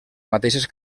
mateixes